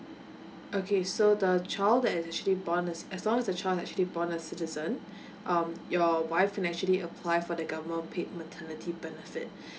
okay so the child that are actually born as as long as the child actually born a citizen um your wife can actually apply for the government paid maternity benefit